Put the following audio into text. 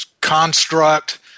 construct